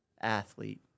athlete